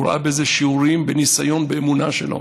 הוא ראה בזה שיעורים בניסיון באמונה שלו,